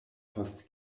post